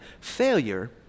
failure